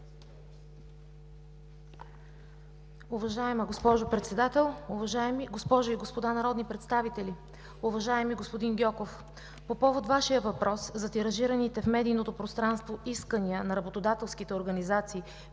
Уважаема госпожо Председател, уважаеми госпожи и господа народни представители! Уважаеми господин Гьоков, по повод Вашия въпрос за тиражираните в медийното пространство искания на работодателските организации,